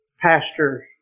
pastor's